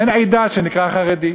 אין עדה שנקראת "חרדית".